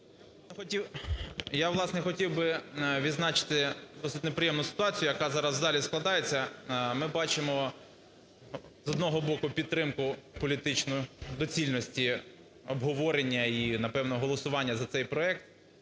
Я, власне, хотів би відзначити досить неприємну ситуацію, яка зараз в залі складається. Ми бачимо, з одного боку, підтримку політичну доцільності обговорення і, напевно голосування за цей проект.